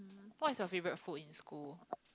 what's your favorite food in school